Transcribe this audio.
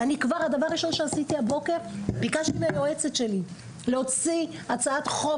ואני כבר הבוקר דיברתי עם היועצת שלי וביקשתי ממנה להוציא הצעת חוק,